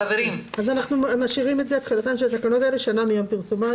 אז אנחנו משאירים את זה: "תחילתן של תקנות אלה שנה מיום פרסומן".